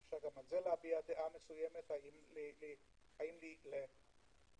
אפשר גם על זה להביע דעה האם לא לשנות